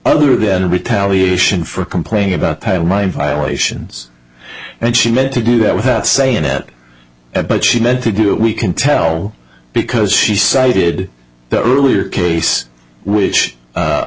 other than retaliation for complaining about violations and she meant to do that without saying it but she had to do it we can tell because she cited the earlier case which